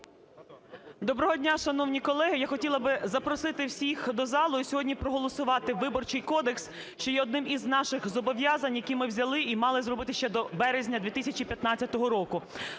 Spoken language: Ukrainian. Доброго дня, шановні колеги! Я хотіла би запросити всіх до залу і сьогодні проголосувати Виборчий кодекс, що є одним із наших зобов'язань, які ми взяли і мали зробити ще до березня 2015 року.